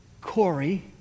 Corey